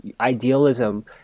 idealism